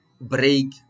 break